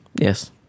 Yes